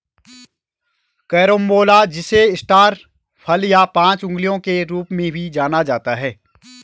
carambola जिसे star फल या पांच अंगुलियों के रूप में भी जाना जाता है